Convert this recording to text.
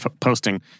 posting